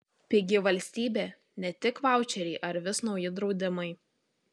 pigi valstybė ne tik vaučeriai ar vis nauji draudimai